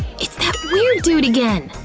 it's that weird dude again!